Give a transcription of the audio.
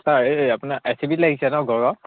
sir এই আপোনাৰ এ এচ ই বিত লাগিছে ন